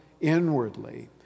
inwardly